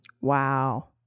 Wow